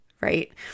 right